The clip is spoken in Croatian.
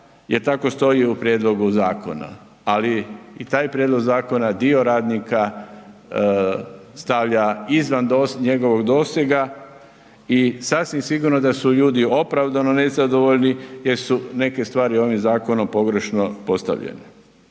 jer tako stoji u prijedlogu zakona, ali i taj prijedlog zakona dio radnika stavlja izvan njegovog dosega i sasvim sigurno da su ljudi opravdano nezadovoljni jer su neke stvari ovim zakonom pogrešno postavljene,